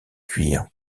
cuir